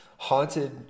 Haunted